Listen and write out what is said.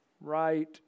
Right